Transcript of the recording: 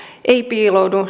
ei piiloudu